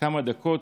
כמה דקות